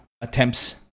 attempts